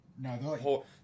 no